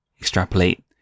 extrapolate